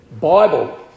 Bible